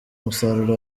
umusaruro